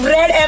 Red